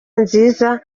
nziza